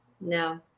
No